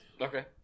Okay